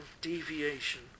deviation